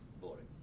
boring